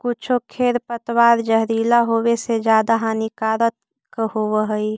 कुछो खेर पतवार जहरीला होवे से ज्यादा हानिकारक होवऽ हई